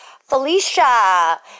Felicia